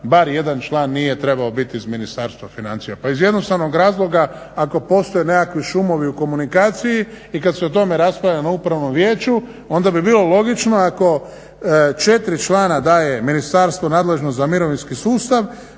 bar 1 član nije trebao biti iz Ministarstva financija. Pa iz jednostavnog razloga ako postoje nekakvi šumovi u komunikaciji i kada se o tome raspravlja na upravnom vijeću onda bi bilo logično ako 4 člana daje ministarstvo nadležno za mirovinski sustav,